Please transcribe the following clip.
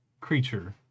creature